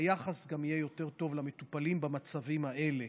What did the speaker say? היחס גם יהיה יותר טוב למטופלים במצבים האלה,